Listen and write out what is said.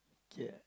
ya